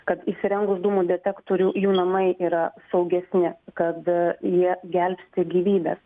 kad įsirengus dūmų detektorių jų namai yra saugesni kad jie gelbsti gyvybes